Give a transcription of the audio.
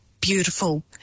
beautiful